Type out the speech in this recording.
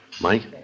Mike